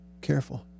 Careful